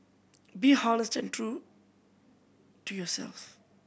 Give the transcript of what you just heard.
be honest and true to yourself